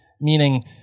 meaning